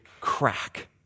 crack